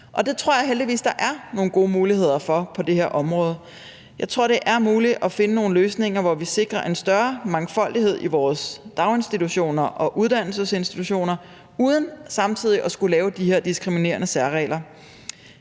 Og det tror jeg heldigvis at der er nogle gode muligheder for på det her område. Jeg tror, at det er muligt at finde nogle løsninger, hvor vi sikrer en større mangfoldighed i vores daginstitutioner og uddannelsesinstitutioner uden samtidig at skulle lave de her diskriminerende særregler.